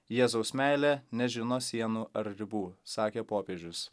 jėzaus meilė nežino sienų ar ribų sakė popiežius